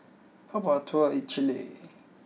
how about a tour in Chile